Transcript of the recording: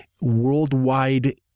worldwide